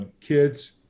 kids